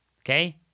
okay